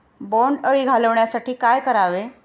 बोंडअळी घालवण्यासाठी काय करावे?